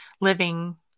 living